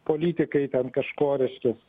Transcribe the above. politikai ten kažko reiškias